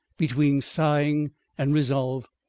between sighing and resolve,